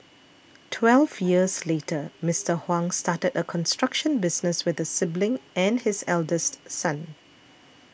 twelve years later Mister Huang started a construction business with a sibling and his eldest son